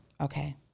Okay